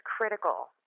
critical